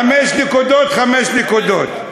חמש נקודות, חמש נקודות.